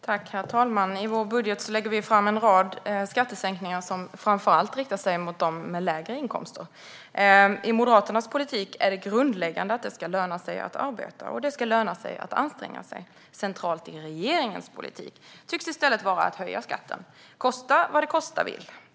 Herr talman! I vår budget lägger vi fram en rad skattesänkningar som framför allt riktar sig mot dem med lägre inkomster. I Moderaternas politik är det grundläggande att det ska löna sig att arbeta. Det ska löna sig att anstränga sig. Centralt i regeringens politik tycks i stället vara att höja skatten, kosta vad det kosta vill.